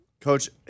Coach